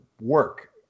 work